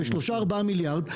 ב-3-4 מיליארד,